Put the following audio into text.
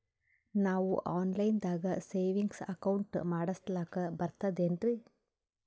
ನಾವು online ದಾಗ savings account ಮಾಡಸ್ಲಾಕ ಬರ್ತದೇನ್ರಿ?